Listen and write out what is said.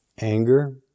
anger